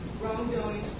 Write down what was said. wrongdoing